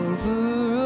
Over